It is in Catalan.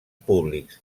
públics